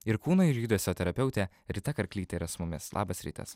ir kūno ir judesio terapeutė rita karklytė yra su mumis labas rytas